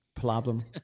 Problem